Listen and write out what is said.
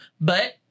But-